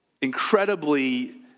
incredibly